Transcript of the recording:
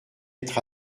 être